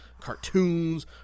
cartoons